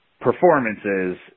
performances